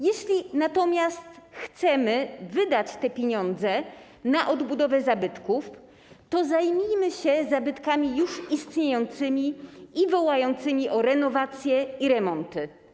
Jeśli natomiast chcemy wydać te pieniądze na odbudowę zabytków, to zajmijmy się zabytkami już istniejącymi i wołającymi o renowację i remonty.